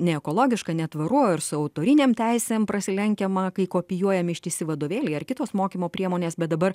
neekologiška netvaru ir su autorinėm teisėm prasilenkiama kai kopijuojami ištisi vadovėliai ar kitos mokymo priemonės bet dabar